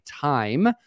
time